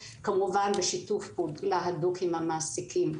כמובן, בשיתוף פעולה הדוק עם המעסיקים.